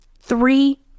three